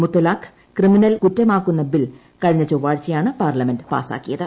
മുത്തലാഖ് criminal കുറ്റമാക്കുന്ന bill കഴിഞ്ഞ ചൊവ്വാഴ്ചയാണ് പാർലമെന്റ് പാസാക്കിയത്